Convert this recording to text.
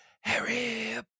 Harry